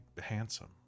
handsome